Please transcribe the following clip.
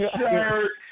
shirt